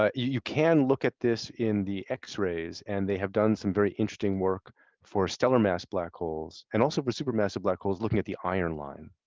ah you can look at this in the x-rays and they have done some very interesting work for stellar mass black holes and also for supermassive black holes, looking at the iron line.